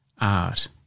art